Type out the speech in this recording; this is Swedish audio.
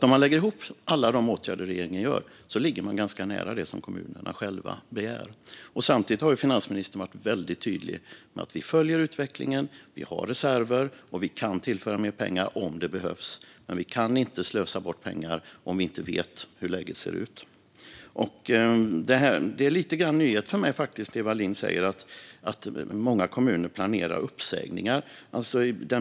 Om man lägger ihop alla de åtgärder regeringen gör kan man se att det ligger ganska nära det som kommunerna själva begär. Samtidigt har finansministern varit väldigt tydlig med att vi följer utvecklingen, att vi har reserver och att vi kan tillföra mer pengar om det behövs. Men vi kan inte slösa bort pengar om vi inte vet hur läget ser ut. Det som Eva Lindh säger om att många kommuner planerar uppsägningar är faktiskt lite grann en nyhet för mig.